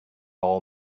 all